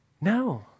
No